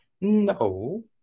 No